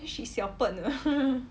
she 小笨 ah